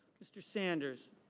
mr. sanders.